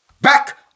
back